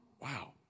Wow